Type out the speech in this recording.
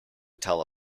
tell